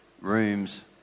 rooms